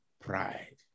Pride